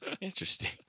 interesting